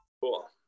Cool